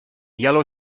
yellow